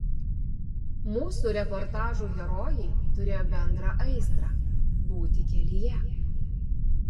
mūsų reportažų herojai turėjo bendrą aistrą būti kelyje